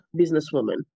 businesswoman